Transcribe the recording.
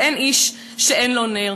ואין איש שאין לו נר.